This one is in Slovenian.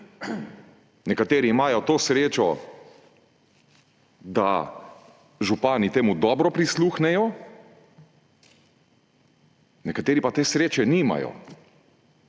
Nekateri imajo to srečo, da župani temu dobro prisluhnejo, nekateri pa te sreče nimajo.